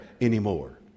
anymore